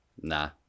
nah